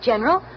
General